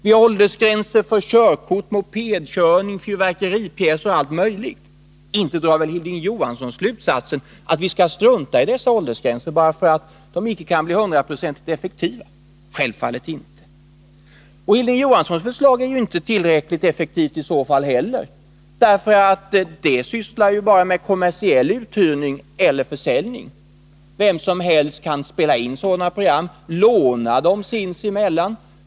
Vi har åldersgränser för körkort, mopedkörning, fyrverkeripjäser och allt möjligt. Inte drar väl Hilding Johansson slutsatsen att vi skall strunta i dessa åldersgränser bara för att de inte kan bli hundraprocentigt effektiva — självfallet inte. Inte heller Hilding Johanssons förslag är i så fall tillräckligt effektivt. Det gäller bara kommersiell uthyrning eller försäljning. Vilka som helst kan spela in sådana här program, eller låna dem sinsemellan.